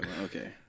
Okay